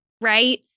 right